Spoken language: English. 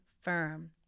firm